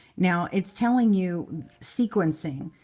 now, it's telling you sequencing.